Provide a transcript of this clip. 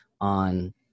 on